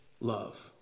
love